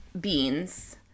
beans